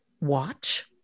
watch